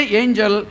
angel